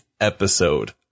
Episode